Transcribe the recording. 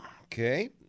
Okay